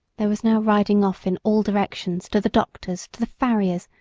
there was now riding off in all directions to the doctor's, to the farrier's,